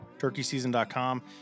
turkeyseason.com